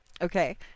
Okay